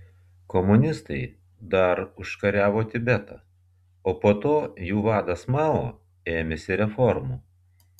komunistai dar užkariavo tibetą o po to jų vadas mao ėmėsi reformų